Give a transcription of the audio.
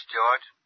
George